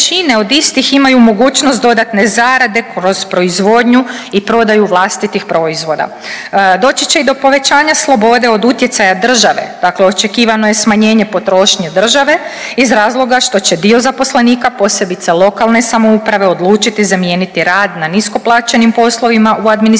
od istih imaju mogućnost dodatne zarade kroz proizvodnju i prodaju vlastitih proizvoda. Doći će i do povećanja slobode od utjecaja države, dakle očekivano je smanjenje potrošnje države iz razloga što će dio zaposlenika posebice lokalne samouprave odlučiti zamijeniti rad na nisko plaćenim poslovima u administraciji